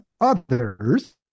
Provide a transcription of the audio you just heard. others